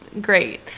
Great